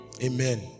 Amen